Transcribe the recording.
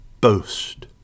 Boast